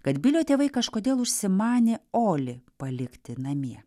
kad bilio tėvai kažkodėl užsimanė olį palikti namie